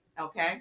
Okay